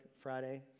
Friday